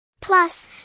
Plus